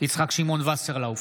יצחק שמעון וסרלאוף,